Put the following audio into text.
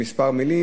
כמה מלים,